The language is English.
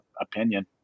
opinion